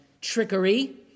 trickery